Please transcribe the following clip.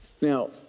Now